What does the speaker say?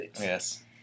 yes